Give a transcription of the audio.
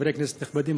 חברי הכנסת הנכבדים,